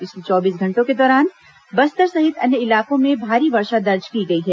पिछले चौबीस घंटों के दौरान बस्तर सहित अन्य इलाकों में भारी वर्षा दर्ज की गई है